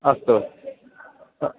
अस्तु अस्तु हा